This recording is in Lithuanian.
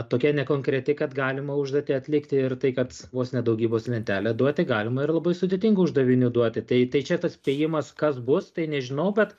tokia nekonkreti kad galima užduotį atlikti ir tai kad vos ne daugybos lentelę duoti galima ir labai sudėtingų uždavinių duoti tai tai čia tas spėjimas kas bus tai nežinau bet